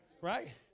Right